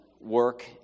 work